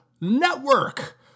network